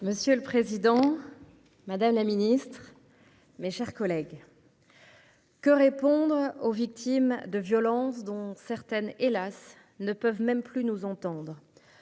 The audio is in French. Monsieur le président, madame la ministre, mes chers collègues, que répondre aux victimes de violences, dont certaines, hélas, ne peuvent même plus nous entendre ?